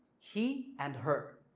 he and her.